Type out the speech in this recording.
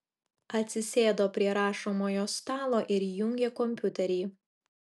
atsisėdo prie rašomojo stalo ir įjungė kompiuterį